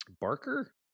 Barker